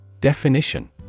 Definition